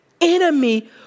enemy